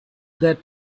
that